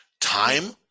time